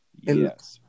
Yes